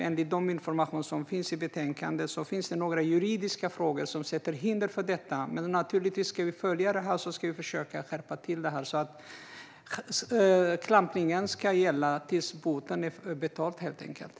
Enligt information som finns i betänkandet finns det nämligen några juridiska frågor som hindrar detta, men naturligtvis ska vi följa det här och försöka rätta till det så att klampningen helt enkelt ska gälla tills boten är betald.